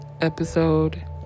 Episode